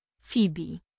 Phoebe